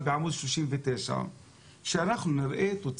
דובר עליו,